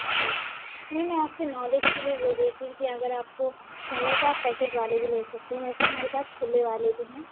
जी नहीं मैं आपके नॉलेज के लिए बोल रही थी कि अगर आपको चाहिए तो आप पैकेट वाले भी ले सकते हैं वैसे हमारे पास खुले वाले भी हैं